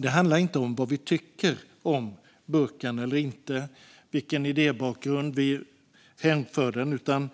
Det handlar inte om huruvida vi tycker om burkan eller inte eller till vilken idébakgrund vi hänför den, utan